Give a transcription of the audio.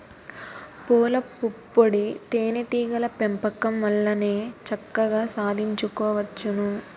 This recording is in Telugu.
పూలపుప్పొడి తేనే టీగల పెంపకం వల్లనే చక్కగా సాధించుకోవచ్చును